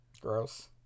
gross